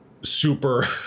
super